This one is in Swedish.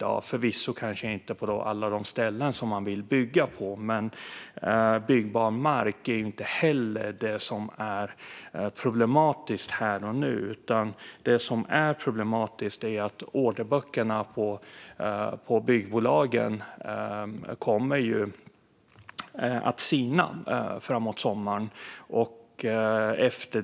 De finns förvisso kanske inte på alla de ställen som man vill bygga på, men byggbar mark är inte det som är problematiskt här och nu. Det som är problematiskt är att det kommer att sina framåt sommaren i byggbolagens orderböcker.